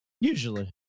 Usually